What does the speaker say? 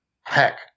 heck